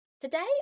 Today